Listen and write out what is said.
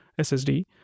SSD